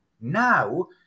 now